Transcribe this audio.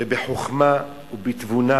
ובחוכמה ובתבונה.